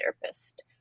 therapist